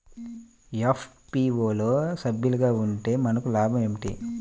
FPO లో సభ్యులుగా ఉంటే మనకు లాభం ఏమిటి?